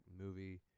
movie